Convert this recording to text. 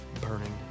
burning